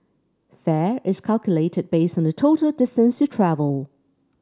fare is calculated based on the total distance you travel